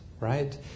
right